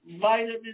vitamin